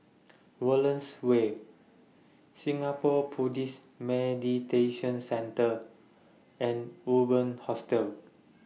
Wallace Way Singapore Buddhist Meditation Centre and Urban Hostel